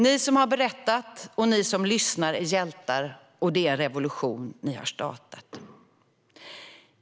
Ni som har berättat och ni som lyssnar är hjältar, och det är en revolution ni har startat.